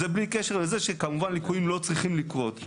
זה בלי קשר לזה שכמובן ליקויים לא צריכים לקרות,